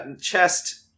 chest